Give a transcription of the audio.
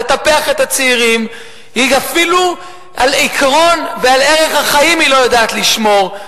לטפח את הצעירים; אפילו על עקרון ועל ערך החיים היא לא יודעת לשמור.